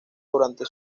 durante